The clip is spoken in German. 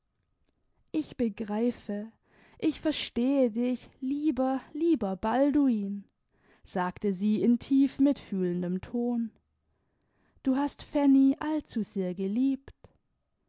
ich begreife ich verstehe dich lieber lieber balduin sagte sie in tief mitfühlendem ton du hast fanny allzusehr geliebt